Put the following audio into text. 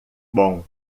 bom